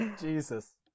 Jesus